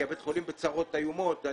בית החולים בצרות איומות.